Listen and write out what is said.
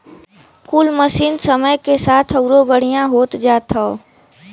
कुल मसीन समय के साथ अउरो बढ़िया होत जात हौ